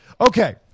Okay